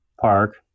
park